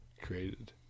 created